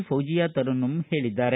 ಫೌಜಿಯಾ ತರನ್ನುಮ್ ಹೇಳಿದ್ದಾರೆ